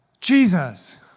Jesus